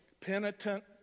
penitent